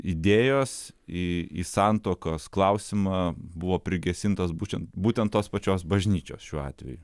idėjos į santuokos klausimą buvo prigesintos būtent būtent tos pačios bažnyčios šiuo atveju